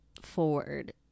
forward